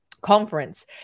conference